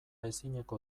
ezineko